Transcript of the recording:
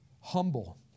Humble